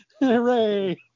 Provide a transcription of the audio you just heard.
Hooray